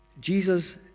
Jesus